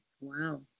Wow